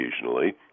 occasionally